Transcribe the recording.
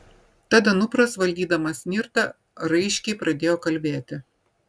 tad anupras valdydamas nirtą raiškiai pradėjo kalbėti